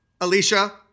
Alicia